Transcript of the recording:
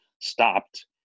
stopped